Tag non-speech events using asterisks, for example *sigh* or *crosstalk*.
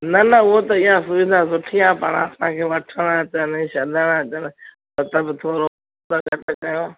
न न उहो त अञा सुधी सुठी आहे पाणि असांखे वठण अचणु छडणु अचणु मतिलबु थोरो *unintelligible*